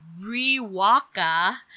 rewaka